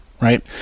right